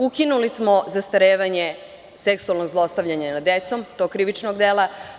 Ukinuli smo zastarevanje seksualnog zlostavljanja nad decom, tog krivičnog dela.